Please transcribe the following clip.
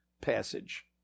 passage